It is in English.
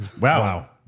Wow